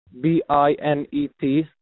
b-i-n-e-t